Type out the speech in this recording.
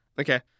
okay